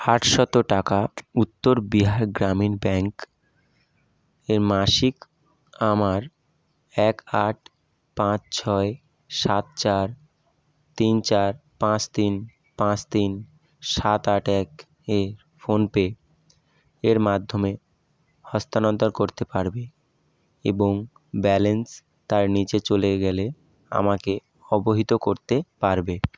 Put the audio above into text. আটশত টাকা উত্তর বিহার গ্রামীণ ব্যাঙ্ক এ মাসিক আমার এক আট পাঁচ ছয় সাত চার তিন চার পাঁচ তিন পাঁচ তিন সাত আট এক এ ফোন পে এর মাধ্যমে হস্তান্তর করতে পারবে এবং ব্যালেন্স তার নিচে চলে গেলে আমাকে অবহিত করতে পারবে